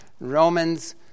Romans